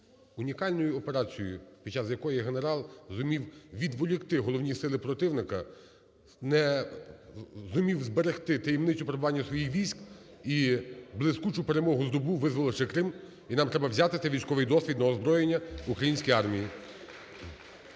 унікальною операцією, під час якої генерал зумів відволікти головні сили противника, зумів зберегти таємницю перебування своїх військ і блискучу перемогу здобув, визволивши Крим. І нам треба цей військовий досвід на озброєння українській армії.